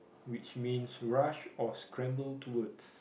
which means rush or scramble towards